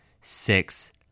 six